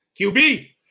QB